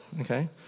okay